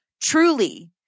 truly